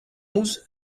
onze